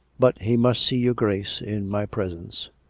but he must see your grace in my presence.